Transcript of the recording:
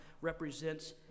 represents